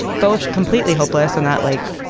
both completely hopeless and that like